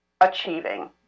achieving